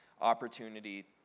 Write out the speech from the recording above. opportunity